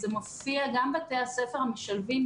זה מופיע גם בתי-הספר המשלבים,